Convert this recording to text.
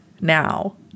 now